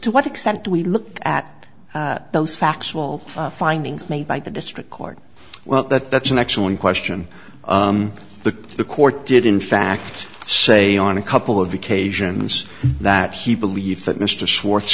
to what extent we looked at those factual findings made by the district court well that that's an excellent question the the court did in fact say on a couple of occasions that he believes that mr schwar